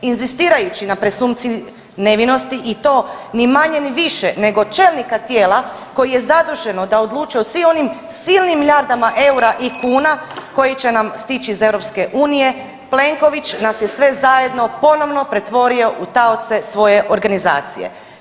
Inzistirajući na presumpciji nevinosti i to ni manje ni više nego čelnika tijela koje je zaduženo da odlučuje o svim onim silnim milijardama EUR-a i kuna koji će nam stići iz EU Plenković nas je sve zajedno ponovno pretvorio u taoce svoje organizacije.